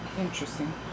Interesting